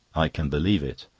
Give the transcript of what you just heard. i can believe it.